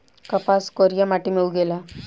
कपास करिया माटी मे उगेला